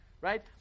Right